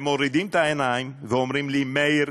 הם מורידים את העיניים ואומרים לי: מאיר,